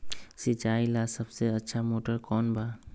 सिंचाई ला सबसे अच्छा मोटर कौन बा?